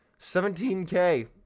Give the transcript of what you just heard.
17k